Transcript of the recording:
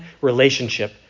relationship